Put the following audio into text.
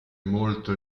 molto